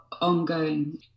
ongoing